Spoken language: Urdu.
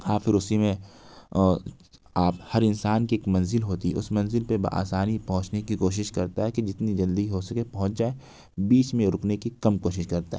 آپ پھر اسی میں آپ ہر انسان کی ایک منزل ہوتی ہے اس منزل پہ بآسانی پہنچنے کی کوشش کرتا ہے کہ جتنی جلدی ہو سکے پہنچ جائے بیچ میں رکنے کی کم کوشش کرتا ہے